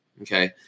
Okay